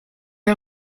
est